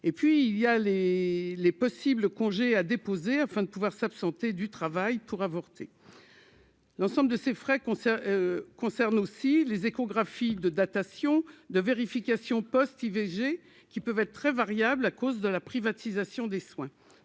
et puis il y a les les possibles congé a déposé afin de pouvoir s'absenter du travail pour avorter, l'ensemble de ses frais concerne aussi les échographie de datation de vérification Post IVG qui peuvent être très variables à cause de la privatisation des soins,